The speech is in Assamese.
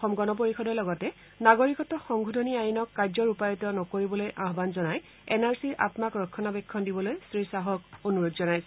অসম গণ পৰিষদে লগতে নাগৰিকত্ব সংশোধনী আইনক কাৰ্য ৰূপায়িত নকৰিবলৈ আহান জনাই এন আৰ চিৰ আম্মাক ৰক্ষণাবেক্ষণ দিবলৈ শ্ৰীশ্বাহক অনুৰোধ জনাইছে